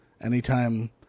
Anytime